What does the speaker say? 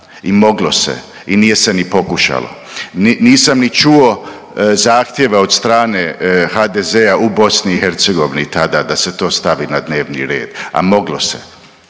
I moglo se i nije ni pokušalo. Nisam ni čuo zahtjeve od strane HDZ-a u BiH tada da se to stavi na dnevni red, a moglo se.